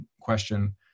question